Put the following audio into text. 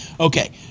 Okay